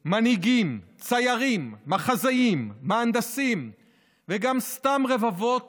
מנהיגים, ציירים, מחזאים, מהנדסים וגם סתם רבבות